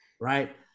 Right